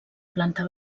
planta